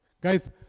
guys